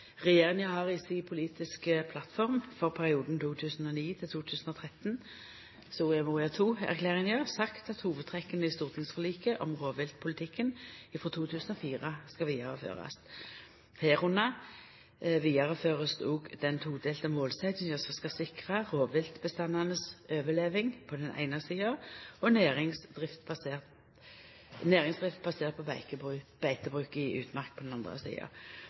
Regjeringa har i si politiske plattform for perioden 2009–2013, Soria Moria II-erklæringa, sagt at hovudtrekka i stortingsforliket om rovviltpolitikken frå 2004 skal vidareførast. Med dette vidarefører vi òg den todelte målsetjinga som skal sikra rovviltbestandane si overleving på den eine sida og næringsdrift basert på beitebruk i utmark på den andre sida.